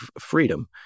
freedom